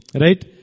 Right